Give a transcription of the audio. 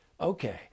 okay